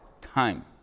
time